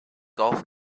golf